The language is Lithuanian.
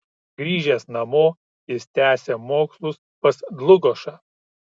grįžęs namo jis tęsė mokslus pas dlugošą